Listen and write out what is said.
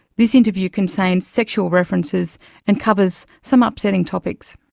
this interview contains sexual references and covers some upsetting topics.